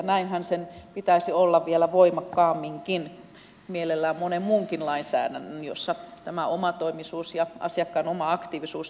näinhän sen pitäisi olla vielä voimakkaamminkin mielellään monen muunkin lainsäädännön että omatoimisuus ja asiakkaan oma aktiivisuus nostettaisiin keskiöön